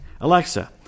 Alexa